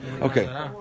Okay